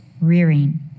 rearing